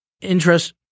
interest